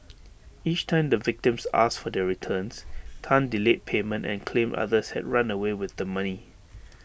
each time the victims asked for their returns Tan delayed payment and claimed others had run away with the money